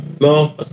No